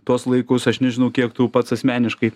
tuos laikus aš nežinau kiek tų pats asmeniškai